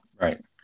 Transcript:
Right